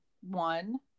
one